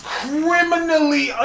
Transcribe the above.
criminally